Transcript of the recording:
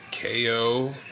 KO